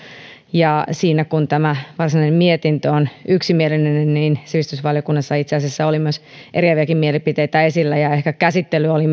ja siinä kun tämä varsinainen mietintö on yksimielinen niin sivistysvaliokunnassa itse asiassa oli eriäviäkin mielipiteitä esillä ja ehkä käsittely oli